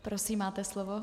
Prosím, máte slovo.